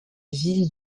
ville